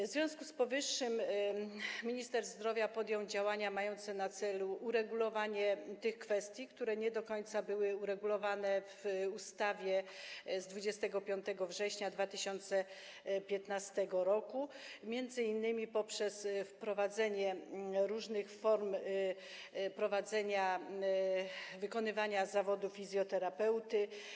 W związku z powyższym minister zdrowia podjął działania mające na celu uregulowanie tych kwestii, które nie do końca były unormowane w ustawie z 25 września 2015 r., m.in. poprzez wprowadzenie różnych form wykonywania zawodu fizjoterapeuty.